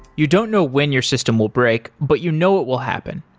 you don't know when your system will break, but you know it will happen.